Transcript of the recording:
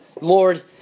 Lord